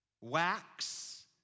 wax